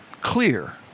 clear